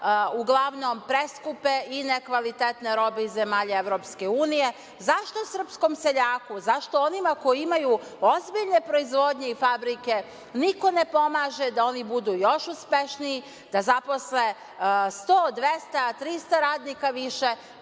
uglavnom preskupe i nekvalitetne robe iz zemalja Evropske unije, zašto srpskom seljaku, zašto onima koji imaju ozbiljne proizvodnje i fabrike niko ne pomaže da oni budu još uspešniji, da zaposle 100, 200, 300 radnika više,